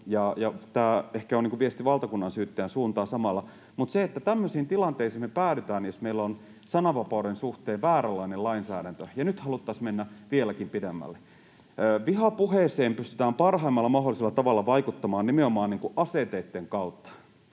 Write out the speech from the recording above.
kuin viesti valtakunnansyyttäjän suuntaan samalla — mutta tämmöisiin tilanteisiin me päädytään, jos meillä on sananvapauden suhteen vääränlainen lainsäädäntö. Ja nyt haluttaisiin mennä vieläkin pidemmälle. Vihapuheeseen pystytään parhaimmalla mahdollisella tavalla vaikuttamaan nimenomaan niin kuin